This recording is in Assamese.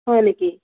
হয় নেকি